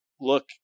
look